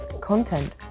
content